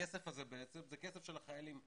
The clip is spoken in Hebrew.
שהכסף הזה הוא בעצם כסף של החיילים.